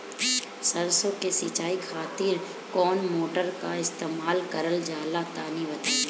सरसो के सिंचाई खातिर कौन मोटर का इस्तेमाल करल जाला तनि बताई?